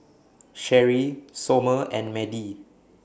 Sherry Somer and Madie